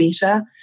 better